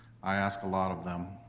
i ask a lot of them,